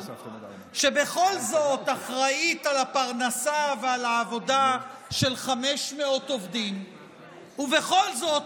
שבכל זאת אחראית לפרנסה ולעבודה של 500 עובדים ובכל זאת